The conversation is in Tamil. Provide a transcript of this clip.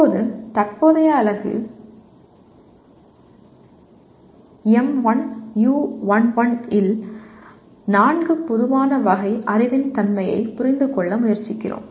இப்போது தற்போதைய அலகு M1U11 இல் நான்கு பொதுவான வகை அறிவின் தன்மையைப் புரிந்துகொள்ள முயற்சிக்கிறோம்